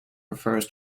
refers